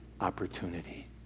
opportunity